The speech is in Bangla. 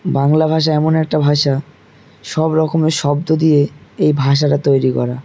বাংলা ভাষা এমন একটা ভাষা সব রকমের শব্দ দিয়ে এই ভাষাটা তৈরি করা